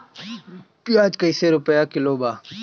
प्याज कइसे रुपया किलो बा?